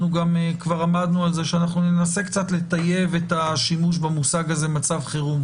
כבר עמדנו על כך שננסה קצת לטייב את השימוש במושג "מצב חירום"